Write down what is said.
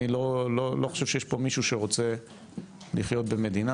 אני לא חושב שיש פה מישהו שרוצה לחיות במדינה